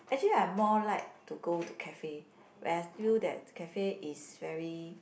actually I'm more like to go to cafe where I feel that cafe is very